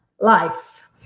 life